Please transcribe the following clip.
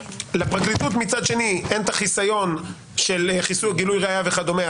לפרקליטות מצד שני אין את החיסיון של חיסוי או גילוי ראיה וכדומה,